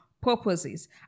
purposes